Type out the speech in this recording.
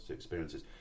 experiences